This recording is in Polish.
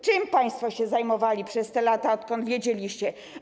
Czym państwo się zajmowali przez te lata, odkąd o tym wiedzieliście?